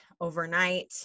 overnight